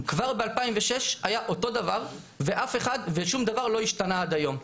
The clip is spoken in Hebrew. כבר ב-2006 היה אותו דבר ושום דבר לא השתנה עד היום.